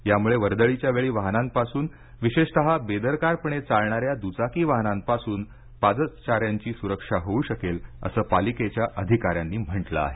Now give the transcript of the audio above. यामुळे वर्दळीच्या वेळी वाहनांपासून विशेषतः बेदरकारपणे चालणाऱ्या द्चाकी वाहनांपासून पादचाऱ्यांची सूरक्षा होऊ शकेल असं पालिकेच्या अधिकाऱ्यांनी म्हटलं आहे